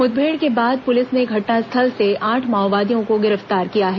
मुठभेड़ के बाद पुलिस ने घटनास्थल से आठ माओवादियों को गिरफ्तार किया है